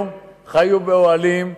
חיו באוהלים,